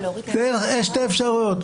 יש שתי אפשרויות,